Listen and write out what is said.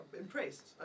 impressed